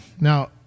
Now